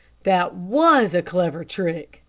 that was a clever trick,